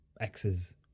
x's